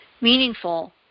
meaningful